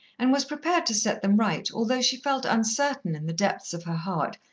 and was prepared to set them right, although she felt uncertain, in the depths of her heart,